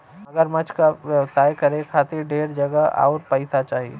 मगरमच्छ क व्यवसाय करे खातिर ढेर जगह आउर पइसा चाही